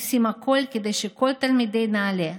עושים הכול כדי שכל תלמידי נעל"ה,